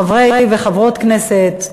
חברי וחברות כנסת,